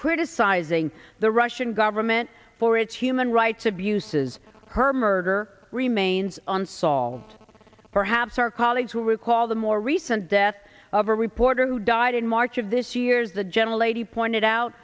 criticizing the russian government for its human rights abuses her murder remains unsolved perhaps our colleagues will recall the more recent death of a reporter who died in march of this years the gentle lady pointed out